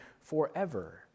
forever